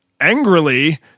angrily